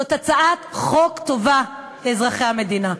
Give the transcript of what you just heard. זאת הצעת חוק טובה לאזרחי המדינה.